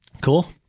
cool